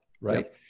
Right